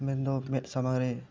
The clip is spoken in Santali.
ᱢᱮᱱᱫᱚ ᱢᱮᱫ ᱥᱟᱢᱟᱝ ᱨᱮ